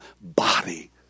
body